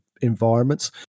environments